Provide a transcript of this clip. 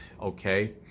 okay